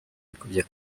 yikubye